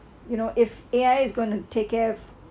you know if A_I is going to take care of